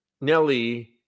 Nelly